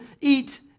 eat